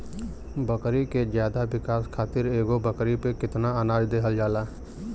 बकरी के ज्यादा विकास खातिर एगो बकरी पे कितना अनाज देहल जाला?